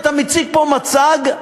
אתה מציג פה מצג,